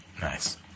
Nice